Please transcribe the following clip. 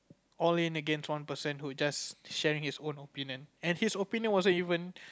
all in against one person who just sharing his own opinion and his opinion wasn't even